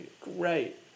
great